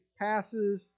passes